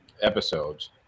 episodes